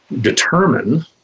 determine